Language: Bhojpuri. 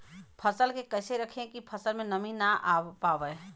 फसल के कैसे रखे की फसल में नमी ना आवा पाव?